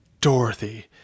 Dorothy